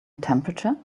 temperature